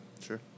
Sure